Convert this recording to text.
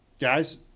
guys